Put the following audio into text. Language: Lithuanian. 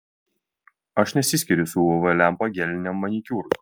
aš nesiskiriu su uv lempa geliniam manikiūrui